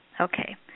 Okay